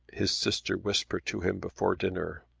his sister whispered to him before dinner.